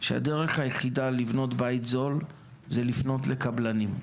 שהדרך היחידה לבנות בית זול זה לפנות לקבלנים.